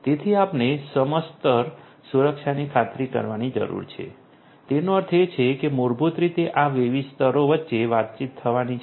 તેથી આપણે સમસ્તર સુરક્ષાની ખાતરી કરવાની જરૂર છે તેનો અર્થ એ કે મૂળભૂત રીતે આ વિવિધ સ્તરો વચ્ચે વાતચીત થવાની છે